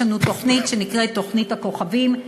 יש לנו תוכנית שנקראת "תוכנית הכוכבים",